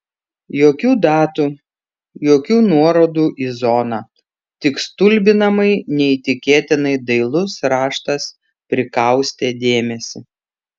jokių datų jokių nuorodų į zoną tik stulbinamai neįtikėtinai dailus raštas prikaustė dėmesį